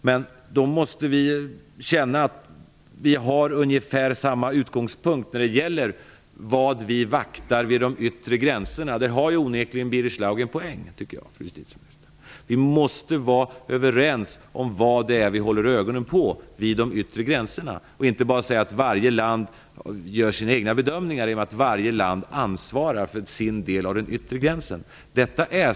Men då måste vi ha ungefär samma utgångspunkter när det gäller vad som skall vaktas vid de yttre gränserna. Där har Birger Schlaug onekligen en poäng, tycker jag. Vi måste vara överens om vad det är som vi skall hålla ögonen på vid de yttre gränserna. Vi kan inte bara säga att varje land gör sina egna bedömningar, att varje land ansvarar för sin del av den yttre gränsen.